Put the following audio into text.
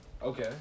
Okay